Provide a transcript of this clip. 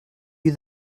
you